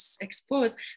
exposed